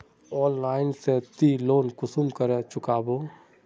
Online से ती loan कुंसम करे चुकाबो?